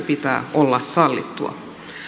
pitää olla sallittua